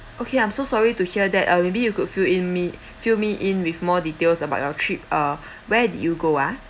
okay I'm so sorry to hear that uh maybe you could fill in me fill me in with more details about your trip uh where did you go ah